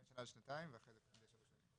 מדבר על האישורים של ועדת האישורים המקומית,